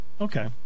Okay